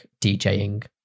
DJing